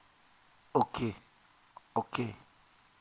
okay okay